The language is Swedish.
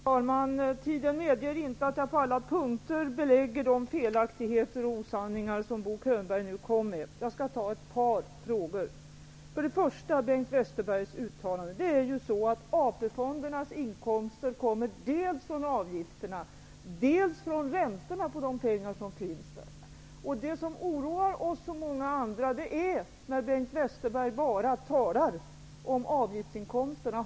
Herr talman! Tiden medger inte att jag på alla punkter belägger de felaktigheter och osanningar som Bo Könberg nu kom med. Jag skall ta ett par frågor. Först Bengt Westerbergs uttalande. AP-fondernas inkomster kommer dels från avgifterna, dels från räntorna på de pengar som finns där. Det som oroar oss och många andra är att Bengt Westerberg bara talar om avgiftsinkomsterna.